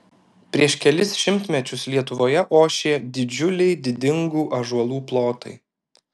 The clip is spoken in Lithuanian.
prieš kelis šimtmečius lietuvoje ošė didžiuliai didingų ąžuolų plotai